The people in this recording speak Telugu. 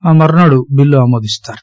ఆ మరునాడు బిల్లు ఆమోదిస్తారు